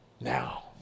now